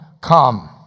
come